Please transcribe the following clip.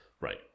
Right